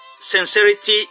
sincerity